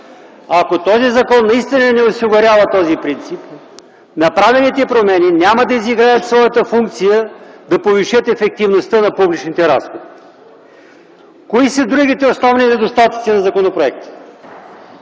Ако този закон наистина не осигурява този принцип, направените промени няма да изиграят своята функция да повишат ефективността на публичните разходи. Кои са другите основни недостатъци на законопроекта?